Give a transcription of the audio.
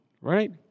Right